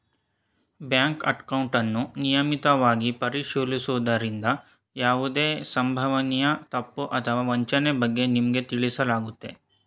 bank ಅಕೌಂಟನ್ನು ನಿಯಮಿತವಾಗಿ ಪರಿಶೀಲಿಸುವುದ್ರಿಂದ ಯಾವುದೇ ಸಂಭವನೀಯ ತಪ್ಪು ಅಥವಾ ವಂಚನೆ ಬಗ್ಗೆ ನಿಮ್ಗೆ ತಿಳಿಸಲಾಗುತ್ತೆ